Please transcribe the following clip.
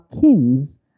kings